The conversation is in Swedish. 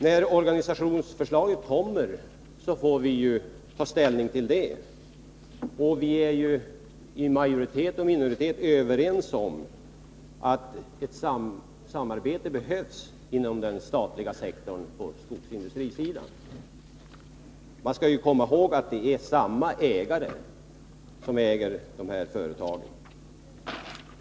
När organisationsförslaget kommer får vi ta ställning till det. Majoritet och ” minoritet är överens om att ett samarbete inom den statliga sektorn behövs på skogsindustrisidan. Vi skall komma ihåg att det är samma ägare till dessa företag.